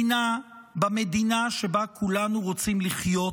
במדינה שבה כולנו רוצים לחיות,